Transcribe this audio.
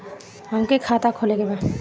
हमके खाता खोले के बा?